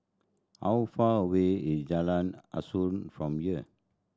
how far away is Jalan Asuhan from here